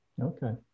Okay